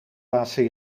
laatste